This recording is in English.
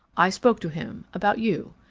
i spoke to him about you.